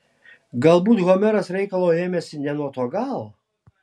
galbūt homeras reikalo ėmėsi ne nuo to galo